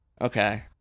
Okay